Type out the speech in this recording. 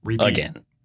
Again